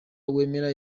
wemera